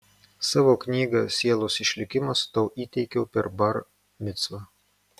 savo knygą sielos išlikimas tau įteikiau per bar micvą